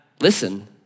listen